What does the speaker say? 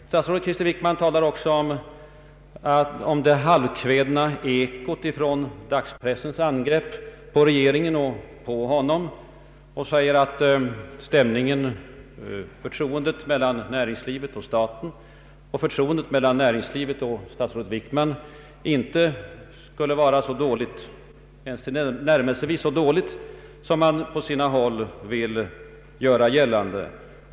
Statsrådet Wickman gjorde gällande att herr Ottossons uttalanden utgjorde halvkvädna ekon från dagspressens angrepp på regeringen och på honom själv. Han hävdade att förtroendet mellan näringslivet och staten — och förtroendet mellan näringslivet och statsrådet Wickman inte skulle vara ens tillnärmelsevis så dåligt som man på sina håll ville göra gällande.